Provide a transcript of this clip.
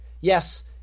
Yes